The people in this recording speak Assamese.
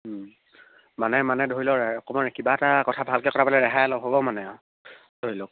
মানে মানে ধৰি লওক অকণমান কিবা এটা কথা ভালকৈ কথা পাতিলে ৰেহাই হ'ব মানে আৰু ধৰি লওক